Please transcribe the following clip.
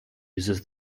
uses